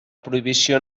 prohibició